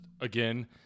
again